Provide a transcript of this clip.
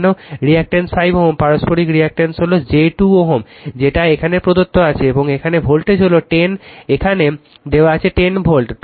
এখানেও রিঅ্যাক্ট্যান্স 5 Ω পারস্পরিক রিঅ্যাক্ট্যান্স হল j 2 Ω যেটা এখানে প্রদত্ত এবং এখানে ভোল্টেজ হলো 10 এখানে দেওয়া আছে 10 ভোল্ট